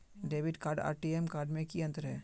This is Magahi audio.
डेबिट कार्ड आर टी.एम कार्ड में की अंतर है?